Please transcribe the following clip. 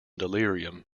delirium